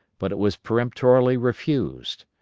but it was peremptorily refused.